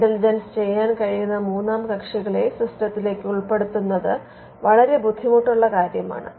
intelligence ചെയ്യാൻ കഴിയുന്ന മൂന്നാം കക്ഷികളെ സിസ്റ്റത്തിലേക്ക് ഉൾപ്പെടുത്തുന്നത് വളരെ ബുദ്ധിമുട്ടുള്ള കാര്യമാണ്